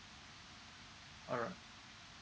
all right